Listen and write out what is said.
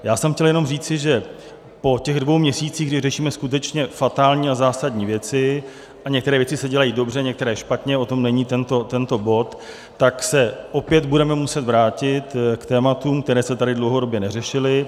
Já jsem chtěl jenom říci, že po těch dvou měsících, kdy řešíme skutečně fatální a zásadní věci a některé věci se dělají dobře, některé špatně, o tom není tento bod tak se opět budeme muset vrátit k tématům, která se tady dlouhodobě neřešila.